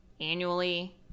annually